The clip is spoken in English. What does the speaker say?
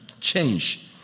change